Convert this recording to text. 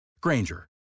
Granger